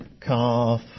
calf